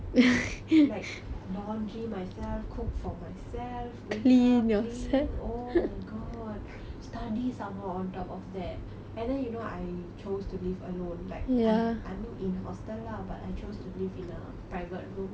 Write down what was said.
like laundry myself cook for myself wake up clean oh my god study some more on top of that and then you know I chose to live alone like I I mean in hostel lah but I chose to live in a private room lah